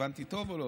הבנתי טוב או לא?